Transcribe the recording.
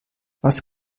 was